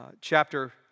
chapter